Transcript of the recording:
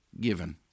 given